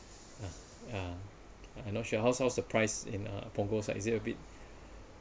ah I'm not sure how's how's the price in uh Punggol side is it a bit